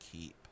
Keep